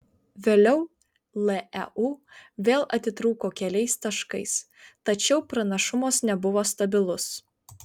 vėliau leu vėl atitrūko keliais taškais tačiau pranašumas nebuvo stabilus